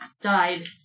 died